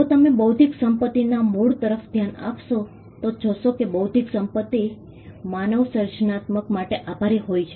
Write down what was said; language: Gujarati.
જો તમે બૌદ્ધિક સંપત્તિના મૂળ તરફ ધ્યાન આપશો તો જોશો કે બૌદ્ધિક સંપત્તિ માનવ સર્જનાત્મકતા માટે આભારી હોઈ છે